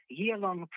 year-long